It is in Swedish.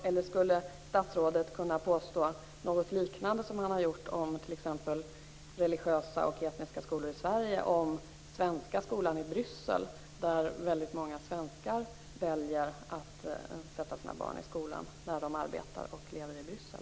Eller hade statsrådet kunnat göra ett uttalande liknande det han gjort om religiösa och etniska skolor i Sverige om svenska skolan i Bryssel? Väldigt många svenskar väljer ju att sätta sina barn i den skolan när de arbetar och lever i Bryssel.